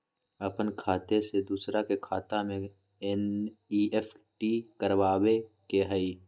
अपन खाते से दूसरा के खाता में एन.ई.एफ.टी करवावे के हई?